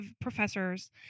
professors